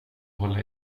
hålla